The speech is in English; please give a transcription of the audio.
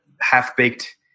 half-baked